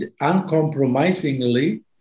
uncompromisingly